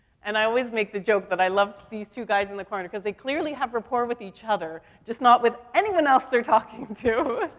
and i always make the joke that i love these two guys in the corner cause they clearly have rapport with each other, just not with anyone else they're talking to.